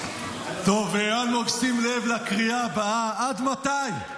טוב, אלמוג שים לב לקריאה הבאה: עד מתי?